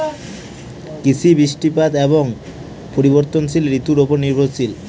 কৃষি বৃষ্টিপাত এবং পরিবর্তনশীল ঋতুর উপর নির্ভরশীল